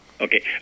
Okay